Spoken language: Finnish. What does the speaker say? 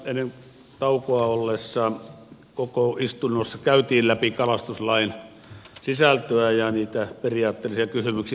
tuossa ennen taukoa olleessa koko istunnossa käytiin läpi kalastuslain sisältöä ja niitä periaatteellisia kysymyksiä